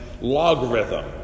logarithm